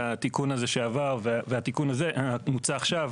התיקון שעבר והתיקון שמוצע עכשיו,